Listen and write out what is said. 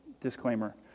disclaimer